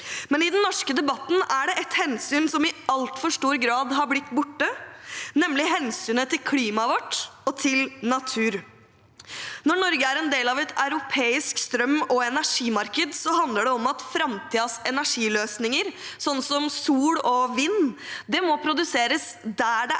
men i den norske debatten er det et hensyn som i altfor stor grad har blitt borte, nemlig hensynet til klimaet vårt og til naturen. Når Norge er en del av et europeisk strøm- og energimarked, handler det om at framtidens energiløsninger, som sol og vind, må produseres der det er